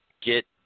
get